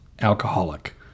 alcoholic